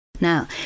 Now